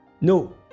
No